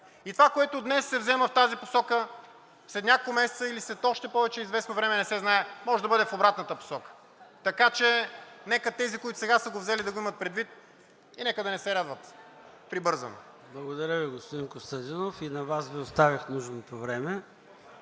И това, което днес се взема в тази посока, след няколко месеца или след още повече известно време – не се знае, може да бъде в обратната посока. Така че нека тези, които сега са го взели, да го имат предвид и нека да не се радват прибързано. ПРЕДСЕДАТЕЛ ЙОРДАН ЦОНЕВ: Благодаря Ви, господин Костадинов. И на Вас Ви оставих нужното време.